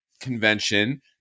convention